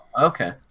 okay